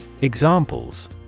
Examples